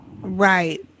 Right